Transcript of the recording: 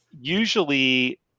usually